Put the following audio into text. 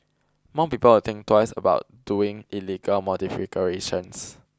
more people will think twice about doing illegal modifications